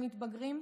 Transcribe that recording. המתבגרים,